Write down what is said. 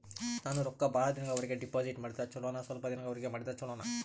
ನಾನು ರೊಕ್ಕ ಬಹಳ ದಿನಗಳವರೆಗೆ ಡಿಪಾಜಿಟ್ ಮಾಡಿದ್ರ ಚೊಲೋನ ಸ್ವಲ್ಪ ದಿನಗಳವರೆಗೆ ಮಾಡಿದ್ರಾ ಚೊಲೋನ?